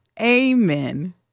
Amen